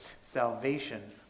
Salvation